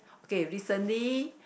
okay recently